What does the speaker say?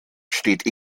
steht